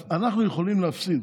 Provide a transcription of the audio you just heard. אנחנו יכולים להפסיד,